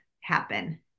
happen